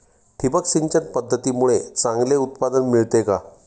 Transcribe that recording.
ठिबक सिंचन पद्धतीमुळे चांगले उत्पादन मिळते का?